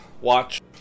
watch